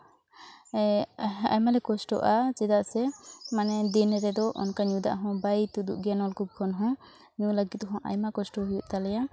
ᱟᱭᱢᱟ ᱞᱮ ᱠᱚᱥᱴᱚᱜᱼᱟ ᱪᱮᱫᱟᱜ ᱥᱮ ᱢᱟᱱᱮ ᱫᱤᱱ ᱨᱮᱫᱚ ᱚᱱᱠᱟ ᱧᱩ ᱫᱟᱜ ᱦᱚᱸ ᱵᱟᱭ ᱛᱩᱫᱩᱜ ᱜᱮᱭᱟ ᱱᱚᱞᱠᱩᱯ ᱠᱷᱚᱱ ᱦᱚᱸ ᱧᱩ ᱞᱟᱹᱜᱤᱫ ᱦᱚᱸ ᱟᱭᱢᱟ ᱠᱚᱥᱴᱚ ᱦᱩᱭᱩᱜ ᱛᱟᱞᱮᱭᱟ